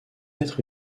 être